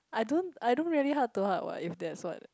I don't I don't really heart to heart what if that's what